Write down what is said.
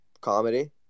Comedy